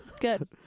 good